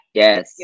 yes